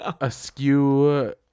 askew